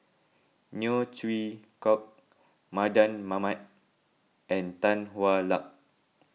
Neo Chwee Kok Mardan Mamat and Tan Hwa Luck